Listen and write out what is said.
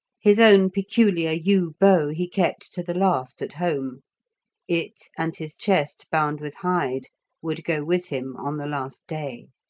his own peculiar yew bow he kept to the last at home it and his chest bound with hide would go with him on the last day.